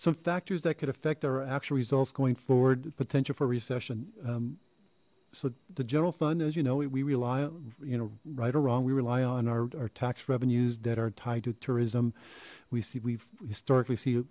some factors that could affect our actual results going forward potential for recession so the general fund as you know it we rely on you know right or wrong we rely on our tax revenues that are tied to tourism we see we've historically see